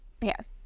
Yes